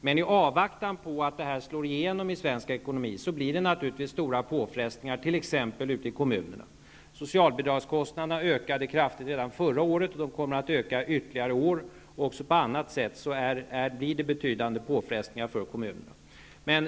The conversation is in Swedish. Men i avvaktan på att detta slår igenom blir det naturligtvis stora påfrestningar, t.ex. ute i kommunerna. Socialbidragskostnaderna ökade kraftigt redan förra året, och de kommer att öka ytterligare i år. Också på annat sätt blir det betydande påfrestningar för kommunerna.